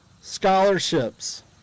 scholarships